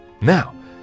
now